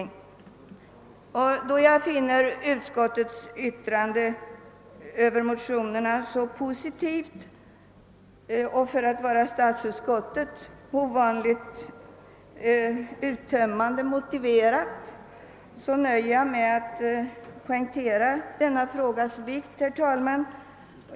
Då jag finner utskottets yttrande över motionerna positivt — och för att vara statsutskottet ovanligt uttömmande motiverat — nöjer jag mig med att poängtera denna frågas vikt, herr talman.